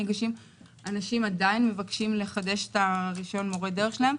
אנשים עדיין מבקשים לחדש את רשיון מורה דרך שלהם.